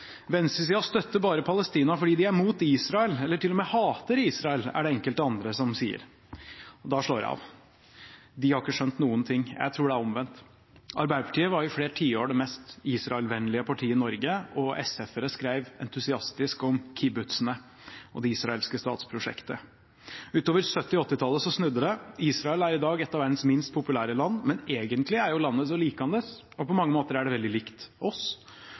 Venstresiden støtter bare Palestina fordi de er imot Israel, eller til og med hater Israel, er det enkelte andre som sier. Da slår jeg av. De har ikke skjønt noen ting. Jeg tror det er omvendt. Arbeiderpartiet var i flere tiår det mest Israel-vennlige partiet i Norge, og SF-ere skrev entusiastisk om kibbutzene og det israelske statsprosjektet. Utover 1970- og 1980-tallet snudde det. Israel er i dag et av verdens minst populære land, men egentlig er landet så likandes – og på mange måter veldig likt